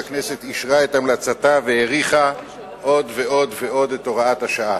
והכנסת אישרה את המלצתה והאריכה עוד ועוד את הוראת השעה.